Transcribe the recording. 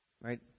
Right